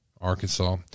Arkansas